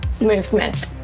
Movement